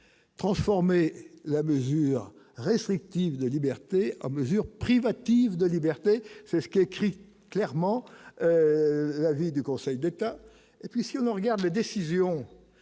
transformer la mesure restrictive de liberté à mesure privative de liberté, c'est ce qu'il a écrit clairement l'avis du Conseil d'État, et puis si on regarde les décisions